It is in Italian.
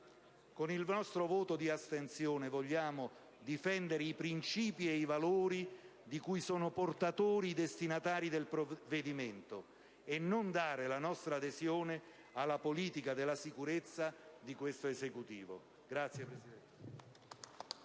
Con il nostro voto di astensione vogliamo difendere i principi e i valori di cui sono portatori i destinatari del provvedimento e non dare la nostra adesione alla politica della sicurezza dell'Esecutivo. *(Applausi